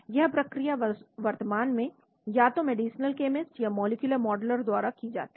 यह प्रक्रिया वर्तमान में या तो मेडिसिनल केमिस्ट या मॉलिक्यूलर मॉडलर द्वारा की जाती है